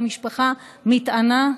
והמשפחה מתענה,